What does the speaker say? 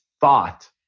thought